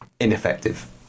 ineffective